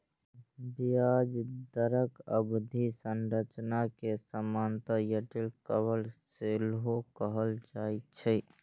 ब्याज दरक अवधि संरचना कें सामान्यतः यील्ड कर्व सेहो कहल जाए छै